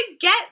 get